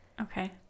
Okay